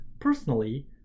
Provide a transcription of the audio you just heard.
personally